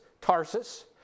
Tarsus